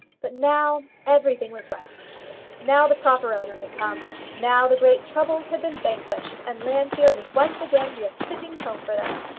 but now everything was right now the proper owner had come now the great troubles had been vanquished, and llanfeare would once again be a fitting home for them.